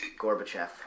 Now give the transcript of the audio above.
Gorbachev